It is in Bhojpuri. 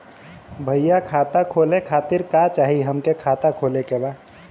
भईया खाता खोले खातिर का चाही हमके खाता खोले के बा?